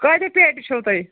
کۭتیٛاہ پیٹہِ چھُو تۄہہِ